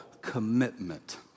commitment